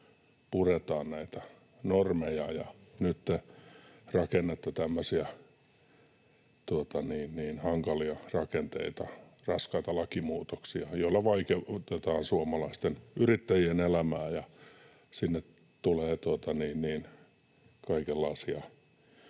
puretaan näitä normeja. Nyt te rakennatte tämmöisiä hankalia rakenteita, raskaita lakimuutoksia, joilla vaikeutetaan suomalaisten yrittäjien elämää, ja sinne tulee kaikenlaisia...